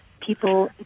people